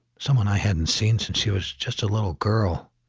someone i hadn't seen since she was just a little girl.